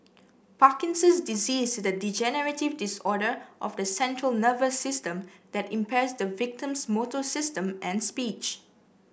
Parkinson's disease is the degenerative disorder of the central nervous system that impairs the victim's motor system and speech